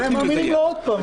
מאמינים לו עוד פעם.